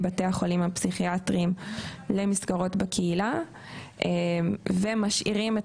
מבתי החולים הפסיכיאטרים למסגרות בקהילה ומשאירים את